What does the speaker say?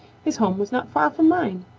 his home was not far from mine.